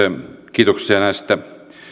kiitoksia näistä